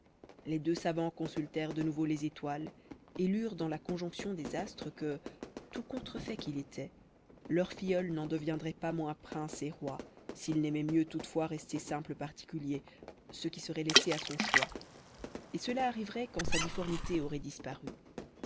les deux savants consultèrent de nouveau les étoiles et lurent dans la conjonction des astres que tout contrefait qu'il était leur filleul n'en deviendrait pas moins prince et roi s'il n'aimait mieux toutefois rester simple particulier ce qui serait laissé à son choix et cela arriverait quand sa difformité aurait disparu